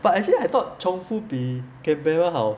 but actually I thought chongfu 比 canberra 好